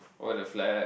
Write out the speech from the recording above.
oh the flag